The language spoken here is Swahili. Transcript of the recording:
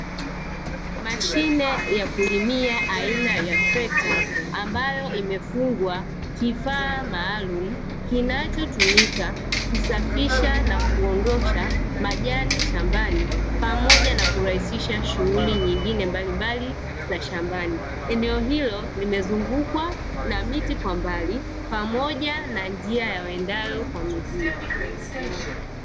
Mashine ya kulimia aina ya trekta ambayo imefungwa kifaa maalumu kinachotumika kusafisha na kuondosha majani shambani pamoja na kurahisisha shughuli nyingine mbalimbali za shambani. Eneo hilo limezungukwa na miti kwa mbali pamoja na njia ya waendao kwa miguu.